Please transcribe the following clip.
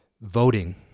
voting